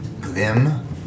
Glim